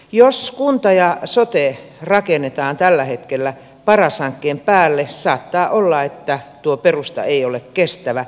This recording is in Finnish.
jos kunta ja sote rakennetaan tällä hetkellä paras hankkeen päälle saattaa olla että tuo perusta ei ole kestävä